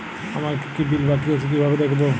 আমার কি কি বিল বাকী আছে কিভাবে দেখবো?